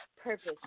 purpose